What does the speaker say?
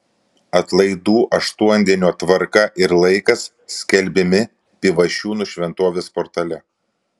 atlaidų aštuondienio tvarka ir laikas skelbiami pivašiūnų šventovės portale